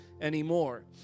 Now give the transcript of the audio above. anymore